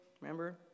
remember